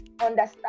understand